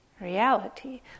reality